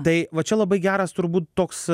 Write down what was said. tai va čia labai geras turbūt toks